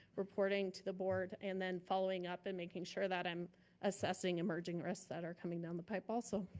reporting to the board, and then following up and making sure that i'm assessing emerging risk that are coming down the pipe also.